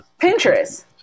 Pinterest